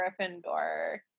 Gryffindor